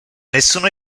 nessun